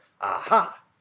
aha